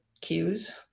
cues